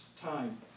time